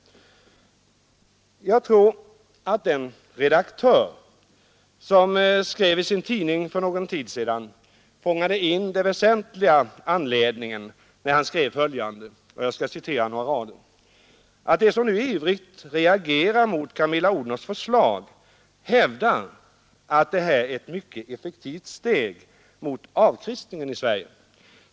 Jag tror att en redaktör fångade in den väsentliga anledningen till diskussionen när han för någon tid sedan i sin tidning skrev följande — jag skall citera några rader: ”De som nu ivrigt reagerar mot Camilla Odhnoffs förslag hävdar att det här är ett nytt och mycket effektivt steg mot avkristningen i Sverige.